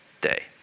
day